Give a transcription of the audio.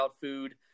food